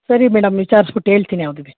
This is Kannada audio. ಸರಿ ಮೇಡಮ್ ವಿಚಾರ್ಸ್ಬುಟ್ಟು ಹೇಳ್ತಿನಿ ಅವ್ರಿಗೆ